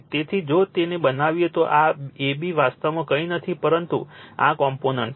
તેથી જો તેને બનાવીએ તો આ AB વાસ્તવમાં કંઈ નથી પરંતુ આ કોમ્પોનન્ટ છે